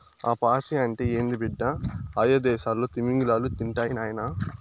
ఆ పాచి అంటే ఏంది బిడ్డ, అయ్యదేసాల్లో తిమింగలాలు తింటాయి నాయనా